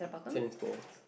tennis balls